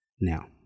now